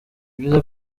byiza